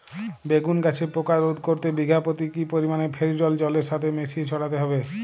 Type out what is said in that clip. বেগুন গাছে পোকা রোধ করতে বিঘা পতি কি পরিমাণে ফেরিডোল জলের সাথে মিশিয়ে ছড়াতে হবে?